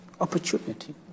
opportunity